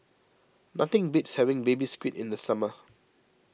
nothing beats having Baby Squid in the summer